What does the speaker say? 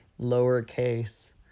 lowercase